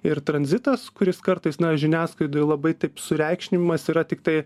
ir tranzitas kuris kartais na žiniasklaidoj labai taip sureikšminimas yra tiktai